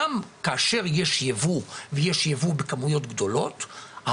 גם כאשר יש ייבוא ויש ייבוא בכמויות גדולות,